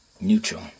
Neutral